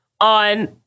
on